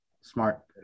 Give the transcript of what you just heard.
smart